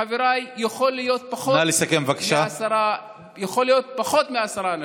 חבריי, יכולים להיות פחות מעשרה אנשים.